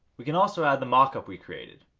we can also add the mockup we created.